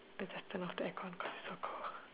they just turned off the aircon cause so cold